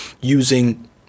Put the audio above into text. using